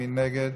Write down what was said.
מי נגד?